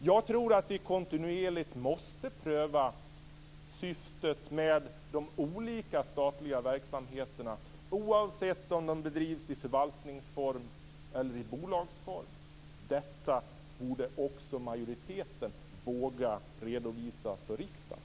Jag tror att vi kontinuerligt måste pröva syftet med de olika statliga verksamheterna, oavsett om de bedrivs i förvaltningsform eller i bolagsform. Detta borde också majoriteten våga redovisa för riksdagen.